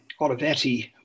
Olivetti